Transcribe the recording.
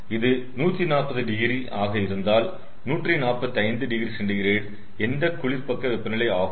இது 140 டிகிரி ஆக இருந்தால் 145oC எந்த குளிர் பக்க வெப்பநிலை ஆகும்